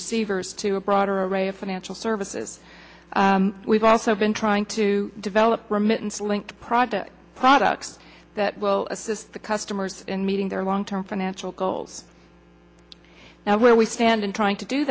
receivers to a broader array of financial services we've also been trying to develop remittance link products products that will assist the customers in meeting their long term financial goals now where we stand and trying to do